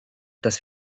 dass